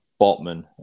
Botman